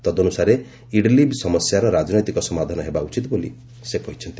ତଦନୁସାରେ ଇଡ୍ଲିବ୍ ସମସ୍ୟାର ରାଜନୈତିକ ସମାଧାନ ହେବା ଉଚିତ ବୋଲି ସେ କହିଛନ୍ତି